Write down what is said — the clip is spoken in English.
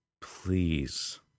please